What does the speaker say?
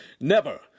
Never